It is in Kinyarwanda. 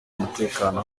mutekano